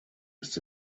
ist